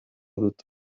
dut